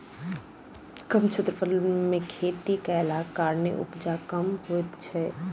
कम क्षेत्रफल मे खेती कयलाक कारणेँ उपजा कम होइत छै